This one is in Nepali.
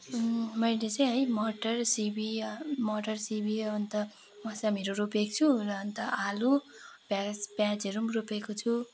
मैले चाहिँ है मटर सिमी मटर सिमी अन्त मसरुमहरू रोपेको छु र अन्त आलु प्याज प्याजहरू पनि रोपेको छु